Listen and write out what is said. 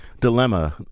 dilemma